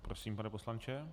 Prosím, pane poslanče.